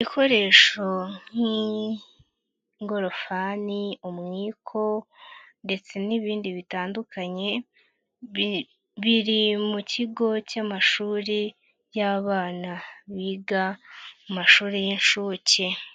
Ibikoresho nk'igorofani, umwiko ndetse n'ibindi bitandukanye, biri mu kigo cy'amashuri y'abana biga mu mashuri y'inshuke.